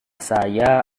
saya